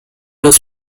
was